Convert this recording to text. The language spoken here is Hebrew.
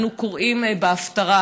אנו קוראים בהפטרה,